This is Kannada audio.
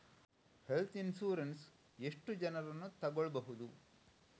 ಹೆಲ್ತ್ ಇನ್ಸೂರೆನ್ಸ್ ಎಷ್ಟು ಜನರನ್ನು ತಗೊಳ್ಬಹುದು?